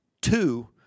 Two